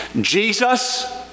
Jesus